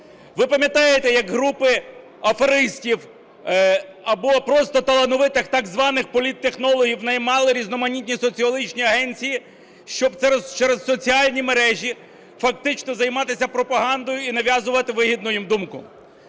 Ви пам'ятаєте, як групи аферистів або просто талановитих так званих політтехнологів наймали різноманітні соціологічні агенції, щоб через соціальні мережі фактично займатися пропагандою і нав'язувати вигідну їм думку.